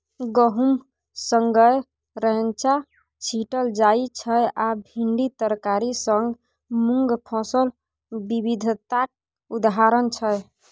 गहुम संगै रैंचा छीटल जाइ छै आ भिंडी तरकारी संग मुँग फसल बिबिधताक उदाहरण छै